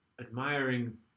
admiring